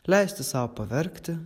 leisti sau paverkti